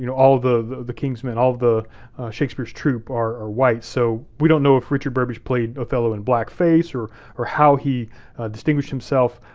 you know all the king's men, all of shakespeare's troupe are white, so we don't know if richard burbage played othello in blackface or or how he distinguished himself.